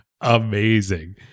Amazing